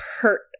hurt